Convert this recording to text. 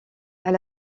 elle